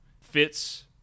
fits